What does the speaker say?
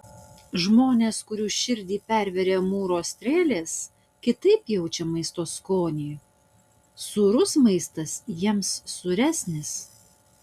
žmonės kurių širdį pervėrė amūro strėlės kitaip jaučią maisto skonį sūrus maistas jiems sūresnis